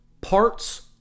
parts